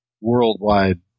worldwide